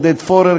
עודד פורר,